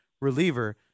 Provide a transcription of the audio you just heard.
reliever